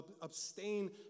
abstain